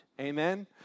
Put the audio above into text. Amen